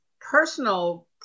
personal